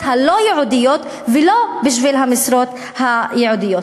הלא-ייעודיות ולא בשביל המשרות הייעודיות.